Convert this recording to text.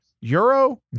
Euro